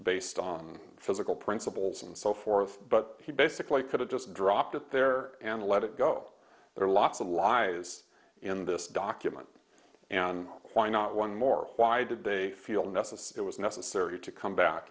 based on physical principles and so forth but he basically could have just dropped it there and let it go there are lots of lies in this document and why not one more why did they feel necessary it was necessary to come back